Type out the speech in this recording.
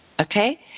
Okay